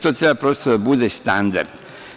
To treba prosto da bude standard.